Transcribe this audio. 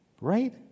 right